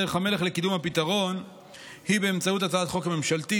דרך המלך לקידום הפתרון היא באמצעות הצעת חוק ממשלתית,